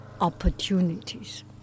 opportunities